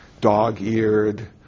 Dog-eared